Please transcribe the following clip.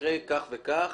שבמקרה כזה וכזה